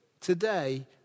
today